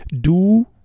Du